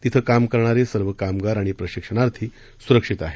तिथं काम करणारे सर्व कामगार आणि प्रशिक्षणार्थी सुरक्षित आहेत